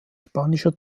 spanischer